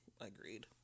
agreed